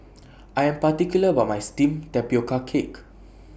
I Am particular about My Steamed Tapioca Cake